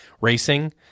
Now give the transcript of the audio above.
racing